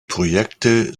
projekte